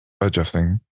adjusting